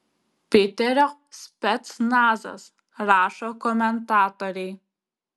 piterio specnazas rašo komentatoriai